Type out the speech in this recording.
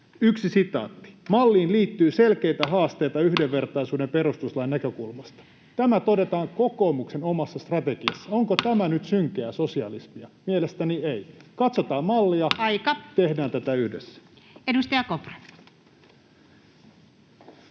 Yksi sitaatti: ”Malliin liittyy selkeitä haasteita yhdenvertaisuuden ja perustuslain näkökulmasta.” Tämä todetaan kokoomuksen omassa strategiassa. Onko tämä nyt synkeää sosialismia? Mielestäni ei. Katsotaan mallia, [Puhemies: Aika!] tehdään tätä yhdessä. Edustaja Kopra.